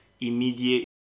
immediate